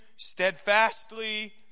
Steadfastly